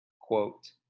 Quote